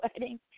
wedding